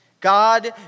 God